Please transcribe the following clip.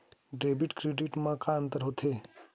Debit credit मा का अंतर होत हे?